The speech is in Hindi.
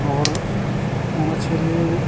और मछली